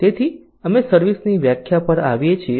તેથી અમે સર્વિસ ની વ્યાખ્યા પર આવીએ છીએ